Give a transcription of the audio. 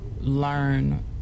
learn